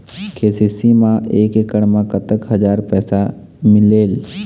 KCC मा एकड़ मा कतक हजार पैसा मिलेल?